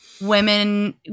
Women